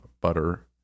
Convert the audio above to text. butter